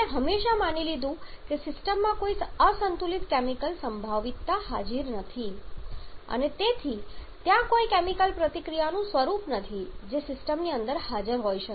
આપણે હંમેશા માની લીધું છે કે સિસ્ટમમાં કોઈ અસંતુલિત કેમિકલ સંભવિતતા હાજર નથી અને તેથી ત્યાં કોઈ કેમિકલ પ્રતિક્રિયાનું સ્વરૂપ નથી જે સિસ્ટમની અંદર હાજર હોઈ શકે